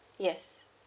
yes